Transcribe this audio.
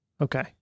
Okay